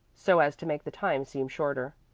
so as to make the time seem shorter.